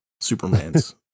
Superman's